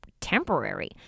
temporary